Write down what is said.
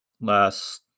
last